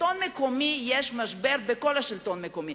יש משבר בכל השלטון המקומי,